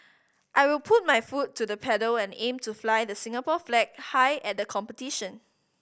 I will put my foot to the pedal and aim to fly the Singapore flag high at the competition